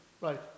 right